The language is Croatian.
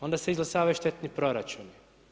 Onda se izglasavaju štetni proračuni.